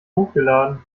hochgeladen